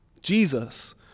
Jesus